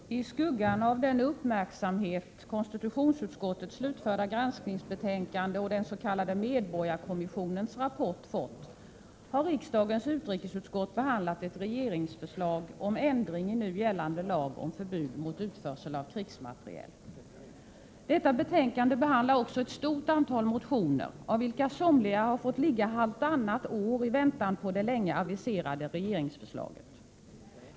Herr talman! I skuggan av den uppmärksamhet konstitutionsutskottets slutförda granskningsbetänkande och den s.k. medborgarkommissionens rapport fått, har riksdagens utrikesutskott behandlat ett regeringsförslag om ändring i nu gällande lag om förbud mot utförsel av krigsmateriel. Detta betänkande behandlar också ett stort antal motioner, av vilka somliga fått ligga halvtannat år i väntan på det länge aviserade regeringsförslaget.